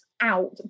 out